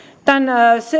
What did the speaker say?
tämän